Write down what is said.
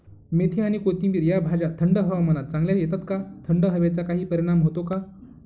मेथी आणि कोथिंबिर या भाज्या थंड हवामानात चांगल्या येतात का? थंड हवेचा काही परिणाम होतो का?